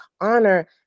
honor